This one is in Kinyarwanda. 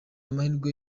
amahirwe